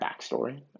backstory